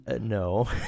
no